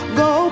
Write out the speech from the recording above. go